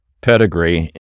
pedigree